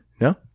no